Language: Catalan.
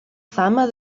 fama